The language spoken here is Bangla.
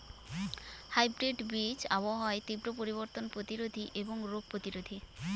হাইব্রিড বীজ আবহাওয়ার তীব্র পরিবর্তন প্রতিরোধী এবং রোগ প্রতিরোধী